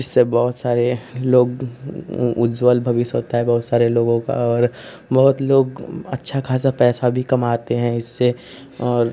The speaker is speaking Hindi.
जिससे बहुत सारे लोग उज्ज्वल भविष्य होता है बहुत सारे लोगों का और बहुत लोग अच्छा खासा पैसा भी कमाते हैं इससे और